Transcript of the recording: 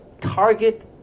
target